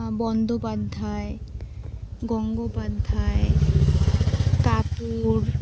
Bandyopadhyay Gangopadhyay Kapoor